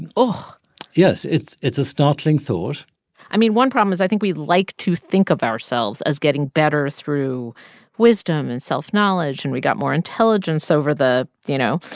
and oh yes. it's it's a startling thought i mean, one problem is i think we like to think of ourselves as getting better through wisdom and self-knowledge. and we got more intelligence over the, you know,